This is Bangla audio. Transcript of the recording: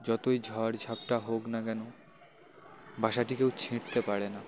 যতই ঝড় ঝাপটা হোক না কেন বাসাটি কেউ ছিঁটতে পারে না